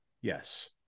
yes